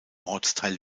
ortsteil